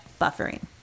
buffering